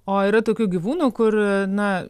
o yra tokių gyvūnų kur na